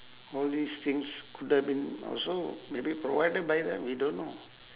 all these things could have been also maybe provided by them we don't know